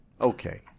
Okay